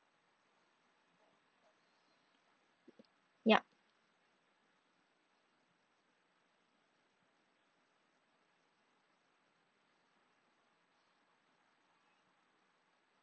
yup